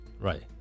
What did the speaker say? Right